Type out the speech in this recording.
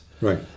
Right